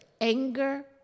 Anger